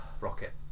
Rocket